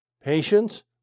Patience